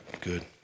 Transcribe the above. good